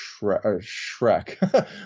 Shrek